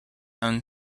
own